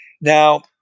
Now